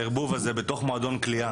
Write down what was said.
הערבוב הזה בתוך מועדון קליעה,